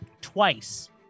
twice